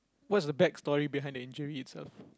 what's the backstory behind the injury itself